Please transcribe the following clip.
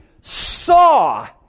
saw